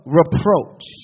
reproach